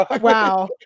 Wow